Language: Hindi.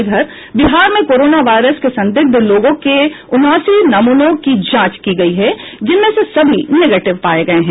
इधर बिहार में कोरोना वायरस के संदिग्ध लोगों के उनासी नमूनों की जांच की गयी है जिसमें से सभी निकेटिव पाये गये हैं